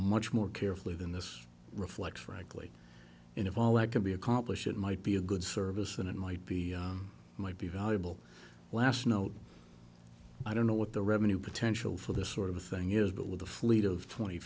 much more carefully than this reflects frankly in of all that can be accomplished it might be a good service and it might be might be valuable last note i don't know what the revenue potential for this sort of thing is but with a fleet of twenty